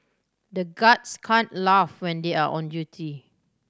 the guards can't laugh when they are on duty